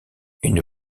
une